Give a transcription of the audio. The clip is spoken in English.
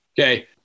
okay